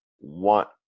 want